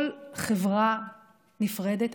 כל חברה נפרדת,